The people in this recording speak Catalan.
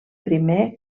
primer